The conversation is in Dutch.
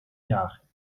jaar